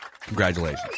Congratulations